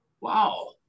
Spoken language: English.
wow